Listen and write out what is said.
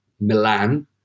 Milan